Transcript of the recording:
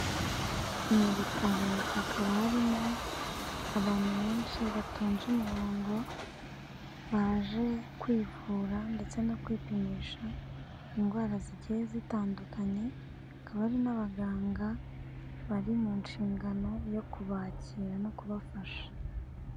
Ni ibitaro hakaba harimo abantu benshi batunze umurongo baje kwivura ndetse no kwipimisha indwara zigiye zitandukanye, akaba ari n'abaganga bari mu nshingano yo kubakira no kubafasha.